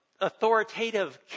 authoritative